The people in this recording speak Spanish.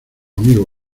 amigo